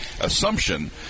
assumption